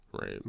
Right